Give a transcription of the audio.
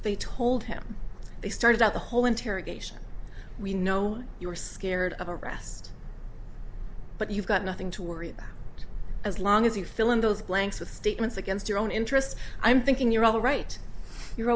they told him they started out the whole interrogation we know you're scared of a rest but you've got nothing to worry about as long as you fill in those blanks with statements against your own interests i'm thinking you're all right you're